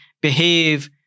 behave